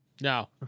No